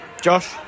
Josh